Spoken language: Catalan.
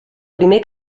primer